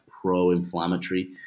pro-inflammatory